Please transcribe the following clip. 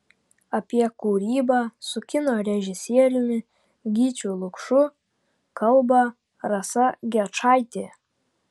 apie kūrybą su kino režisieriumi gyčiu lukšu kalba rasa gečaitė